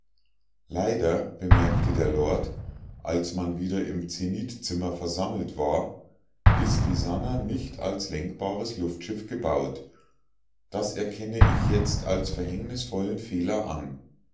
leider bemerkte der lord als man wieder im zenithzimmer versammelt war ist die sannah nicht als lenkbares luftschiff gebaut das erkenne ich jetzt als verhängnisvollen fehler an